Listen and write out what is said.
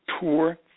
tour